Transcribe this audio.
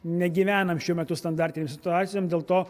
negyvenam šiuo metu standartinėj situacijoj dėl to